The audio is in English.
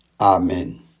Amen